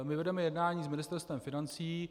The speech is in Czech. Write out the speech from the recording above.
My vedeme jednání s Ministerstvem financí.